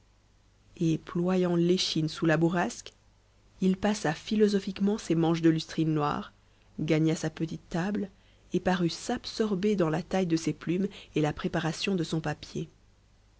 et ployant l'échine sous la bourrasque il passa philosophiquement ses manches de lustrine noire gagna sa petite table et parut s'absorber dans la taille de ses plumes et la préparation de son papier